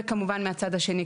וכמובן מהצד השני,